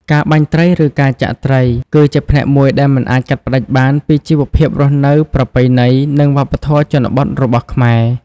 ការបាញ់ត្រី ឬចាក់ត្រី គឺជាផ្នែកមួយដែលមិនអាចកាត់ផ្តាច់បានពីជីវភាពរស់នៅប្រពៃណី និងវប្បធម៌ជនបទរបស់ខ្មែរ។